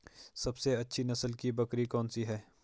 सबसे अच्छी नस्ल की बकरी कौन सी है?